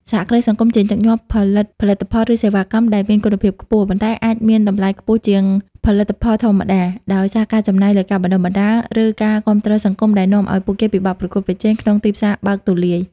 សហគ្រាសសង្គមជាញឹកញាប់ផលិតផលិតផល ឬសេវាកម្មដែលមានគុណភាពខ្ពស់ ប៉ុន្តែអាចមានតម្លៃខ្ពស់ជាងផលិតផលធម្មតាដោយសារការចំណាយលើការបណ្តុះបណ្តាល ឬការគាំទ្រសង្គមដែលនាំឲ្យពួកគេពិបាកប្រកួតប្រជែង ក្នុងទីផ្សារបើកទូលាយ។